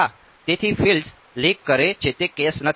તેથી fields leak કરે છે તે કેસ નથી